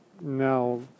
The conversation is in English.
now